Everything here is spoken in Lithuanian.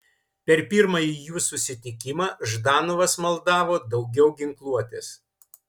per pirmąjį jų susitikimą ždanovas maldavo daugiau ginkluotės